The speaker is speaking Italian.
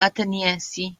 ateniesi